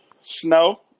Snow